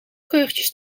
geurtjes